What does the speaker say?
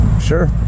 Sure